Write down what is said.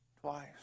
twice